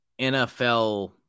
NFL